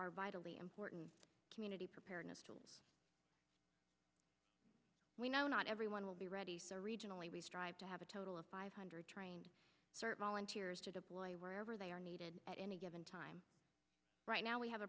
are vitally important community preparedness we know not everyone will be ready regionally we strive to have a total of five hundred trained serve all in tears to deploy wherever they are needed at any given time right now we have